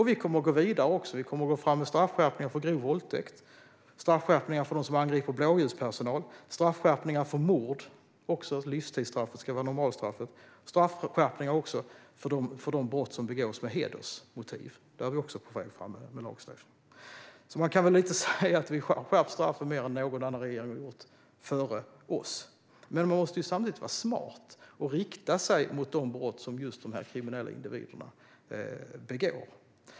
Vi kommer att gå vidare och gå fram med straffskärpningar för grov våldtäkt, för dem som angriper blåljuspersonal och för mord, där livstidsstraffet ska vara normalstraffet. Vi är också på väg fram med straffskärpningar för de brott som begås med hedersmotiv. Man kan därför säga att vi har skärpt straffen mer än någon annan regering har gjort före oss. Samtidigt måste man dock vara smart och rikta in sig på de brott som just de här kriminella individerna begår.